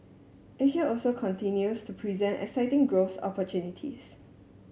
Asia also continues to present exciting growth opportunities